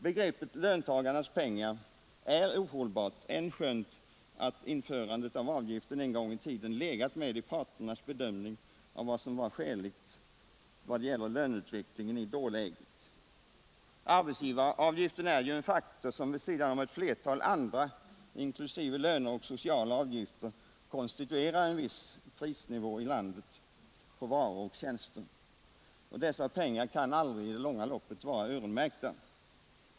Begreppet löntagarnas pengar är ohållbart, änskönt införande av avgiften en gång i tiden legat med i parternas bedömning av vad som var skäligt beträffande löneutvecklingen i dåläget. Arbetsgivaravgiften är en faktor som vid sidan av ett flertal andra, inkl. löner och sociala avgifter, konstituerar en viss prisnivå i landet på varor och tjänster. Dessa pengar kan aldrig i det långa loppet vara öronmärkta.